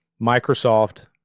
Microsoft